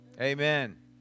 amen